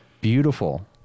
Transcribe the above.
beautiful